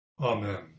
Amen